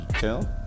tell